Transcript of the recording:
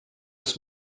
des